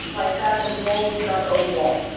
like that of an old stucco wall.